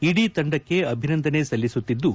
ಇದೀ ತಂಡಕ್ಕೆ ಅಭಿನಂದನೆ ಸಲ್ಲಿಸುತ್ತಿದ್ದು